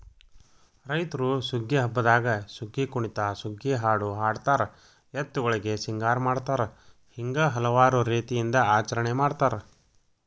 ರೈತ್ರು ಸುಗ್ಗಿ ಹಬ್ಬದಾಗ ಸುಗ್ಗಿಕುಣಿತ ಸುಗ್ಗಿಹಾಡು ಹಾಡತಾರ ಎತ್ತುಗಳಿಗೆ ಸಿಂಗಾರ ಮಾಡತಾರ ಹಿಂಗ ಹಲವಾರು ರೇತಿಯಿಂದ ಆಚರಣೆ ಮಾಡತಾರ